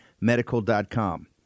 medical.com